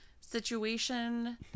situation